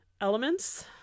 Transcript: elements